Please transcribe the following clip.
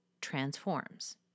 transforms